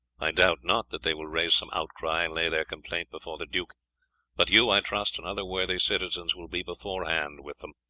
i doubt not that they will raise some outcry and lay their complaint before the duke but you, i trust, and other worthy citizens, will be beforehand with them,